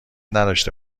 نداشته